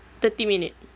thirty minute